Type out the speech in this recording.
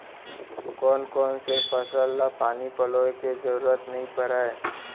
कोन कोन से फसल ला पानी पलोय के जरूरत नई परय?